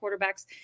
quarterbacks